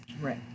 Right